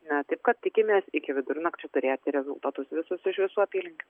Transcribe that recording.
na taip kad tikimės iki vidurnakčio turėti rezultatus visus iš visų apylinkių